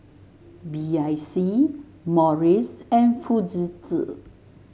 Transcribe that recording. B I C Morries and Fujitsu